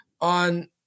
on